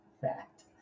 fact